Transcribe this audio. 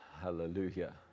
Hallelujah